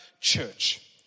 church